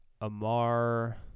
Amar